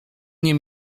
nie